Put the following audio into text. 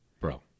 bro